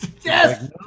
Yes